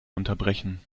unterbrechen